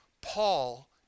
Paul